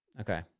Okay